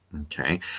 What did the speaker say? okay